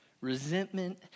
Resentment